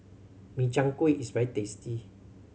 Min Chiang Kueh is very tasty